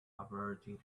averting